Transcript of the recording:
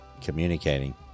communicating